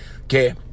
Okay